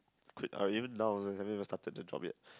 quit I will even now also haven't even started the job yet